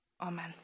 Amen